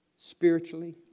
spiritually